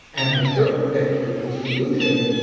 and the third picture, the solution,